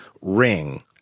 ring